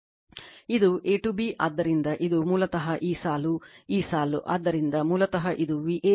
ಇದು a to b ಆದ್ದರಿಂದ ಇದು ಮೂಲತಃ ಈ ಸಾಲು ಈ ಸಾಲು ಆದ್ದರಿಂದ ಮೂಲತಃ ಇದು Vab VL ಕೋನ 0 Vbc